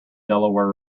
delaware